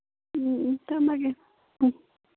ꯎꯝ ꯎꯝ ꯊꯝꯃꯒꯦ ꯎꯝ